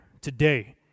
today